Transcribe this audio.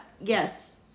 Yes